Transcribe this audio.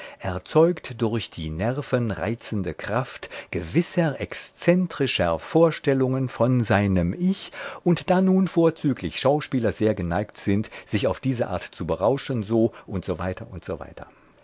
erzeugt durch die nerven reizende kraft gewisser exzentrischer vorstellungen von seinem ich und da nun vorzüglich schauspieler sehr geneigt sind sich auf diese art zu berauschen so u s w